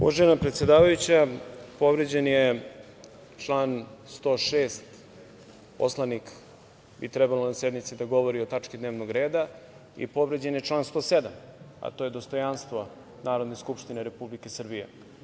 Uvažena predsedavajuća, povređen je član 106, poslanik bi trebalo na sednici da govori o tački dnevnog reda, i povređen je član 107, a to je dostojanstvo Narodne skupštine Republike Srbije.